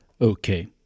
Okay